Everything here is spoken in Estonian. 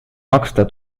maksta